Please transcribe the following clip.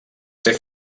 ser